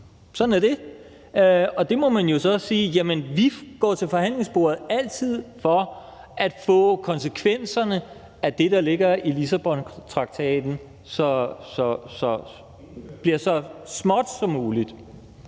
Sådan er det. Der må man jo så sige, at vi altid går til forhandlingsbordet for at få gjort konsekvenserne af det, der ligger i Lissabontraktaten, så små som muligt.